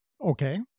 Okay